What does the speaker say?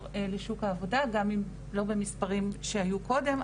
לשוק העבודה גם אם לא במספרים שהיו קודם,